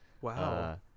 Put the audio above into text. Wow